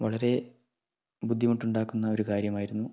വളരെ ബുദ്ധിമുട്ടുണ്ടാക്കുന്ന ഒരു കാര്യമായിരുന്നു